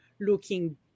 looking